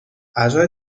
اعضای